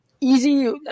Easy